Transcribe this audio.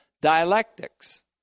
dialectics